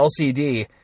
LCD